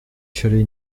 fallait